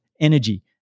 energy